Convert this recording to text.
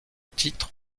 titres